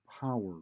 power